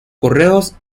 correos